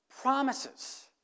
promises